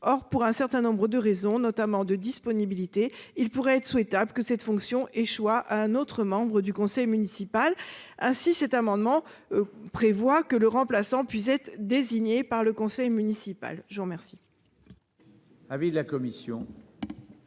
Or, pour un certain nombre de raisons, notamment de disponibilité, il pourrait être souhaitable que cette fonction échoit à un autre membre du conseil municipal ainsi cet amendement prévoit que le remplaçant puisse être désigné par le conseil municipal je remercie.